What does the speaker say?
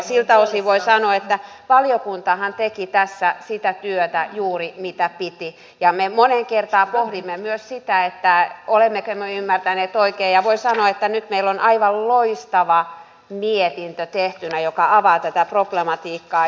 siltä osin voi sanoa että valiokuntahan teki tässä juuri sitä työtä mitä piti ja me moneen kertaan pohdimme myös sitä olemmeko me ymmärtäneet oikein ja voi sanoa että nyt meillä on tehtynä aivan loistava mietintö joka avaa tätä problematiikkaa